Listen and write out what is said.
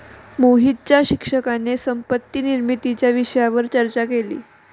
मोहितच्या शिक्षकाने संपत्ती निर्मितीच्या विषयावर चर्चा केली